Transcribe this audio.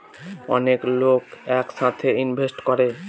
অনেক লোক এক সাথে ইনভেস্ট করে